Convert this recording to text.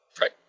Right